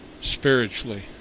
Spiritually